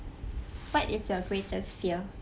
what is your greatest fear